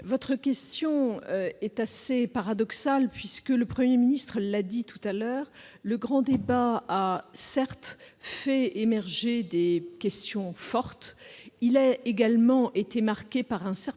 votre question est assez paradoxale. Le Premier ministre l'a dit, le grand débat a fait émerger des questions fortes, il a également été marqué par un certain